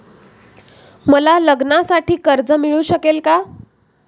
मला लग्नासाठी कर्ज मिळू शकेल का?